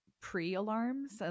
pre-alarms